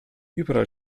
überall